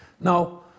Now